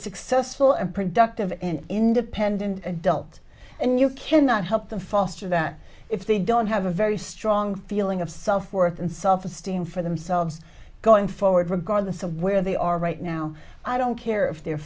successful and productive and independent adult and you cannot help them foster that if they don't have a very strong feeling of self worth and self esteem for themselves going forward regardless of where they are right now i don't care if they're